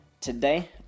Today